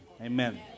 Amen